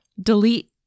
delete